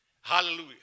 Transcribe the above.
Hallelujah